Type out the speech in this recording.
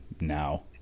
now